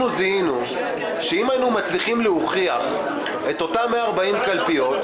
זיהינו שאם היינו מצליחים להוכיח את אותם 140 קלפיות,